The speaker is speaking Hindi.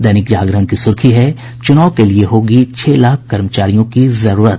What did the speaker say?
दैनिक जागरण की सुर्खी है चुनाव के लिए होगी छह लाख कर्मचारियों की जरूरत